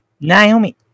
Naomi